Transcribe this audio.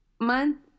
month